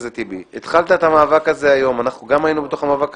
חבר הכנסת טיבי: התחלת את המאבק הזה היום.